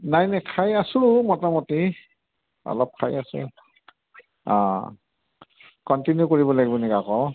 নাই নাই খাই আছোঁ মোটামুটি অলপ খাই আছোঁ অঁ কণ্টিনিউ কৰিব লাগিব নেকি আকৌ